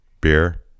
beer